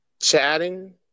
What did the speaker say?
chatting